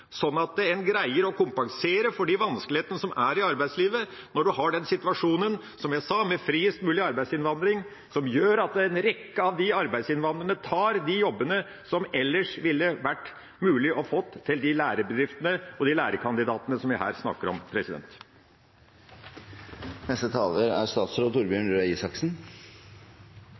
at man greier å kompensere for de vanskelighetene som er i arbeidslivet, når man har en situasjon – som jeg sa – med friest mulig arbeidsinnvandring, som gjør at en rekke av arbeidsinnvandrerne tar de jobbene som ellers ville vært mulig å få for de lærebedriftene og de lærekandidatene vi her snakker om. Det er